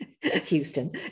Houston